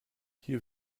hier